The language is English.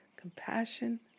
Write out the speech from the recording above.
compassion